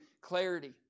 clarity